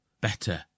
better